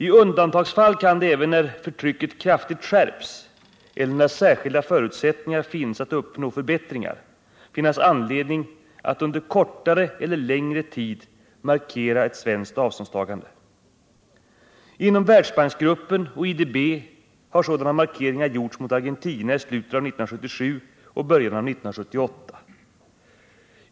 I undantagsfall kan det även — när förtrycket kraftigt skärps eller när särskilda förutsättningar finns att uppnå förbättringar — finnas anledning att under kortare eller längre tid markera ett svenskt avståndstagande. Inom Världsbanksgruppen och IDB har sådana markeringar gjorts mot Argentina i slutet av 1977 och början av 1978.